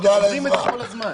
הם אומרים את זה כל הזמן.